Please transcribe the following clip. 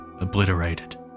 obliterated